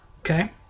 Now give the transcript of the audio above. Okay